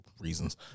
reasons